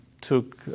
took